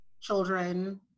children